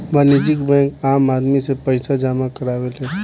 वाणिज्यिक बैंक आम आदमी से पईसा जामा करावेले